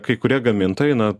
kai kurie gamintojai na